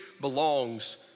belongs